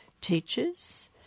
teachers